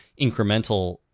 incremental